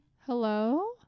Hello